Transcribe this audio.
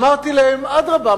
אמרתי להם: אדרבה,